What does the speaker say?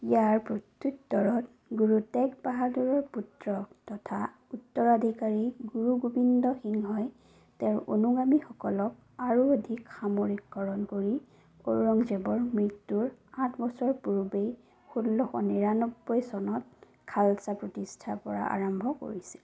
ইয়াৰ প্ৰত্যুত্তৰত গুৰু তেগ বাহাদুৰৰ পুত্ৰ তথা উত্তৰাধিকাৰী গুৰু গোবিন্দ সিংহই তেওঁৰ অনুগামীসকলক আৰু অধিক সামৰিককৰণ কৰি ঔৰংজেবৰ মৃত্যুৰ আঠ বছৰ পূৰ্বে ষোল্লশ নিৰান্নব্বৈ চনত খালছা প্ৰতিষ্ঠাৰ পৰা আৰম্ভ কৰিছিল